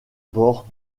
bord